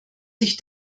sich